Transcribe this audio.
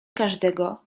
każdego